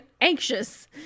anxious